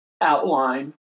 outline